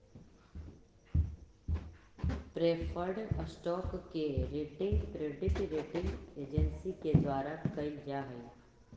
preferred stock के rating credit rating agency के द्वारा कैल जा हइ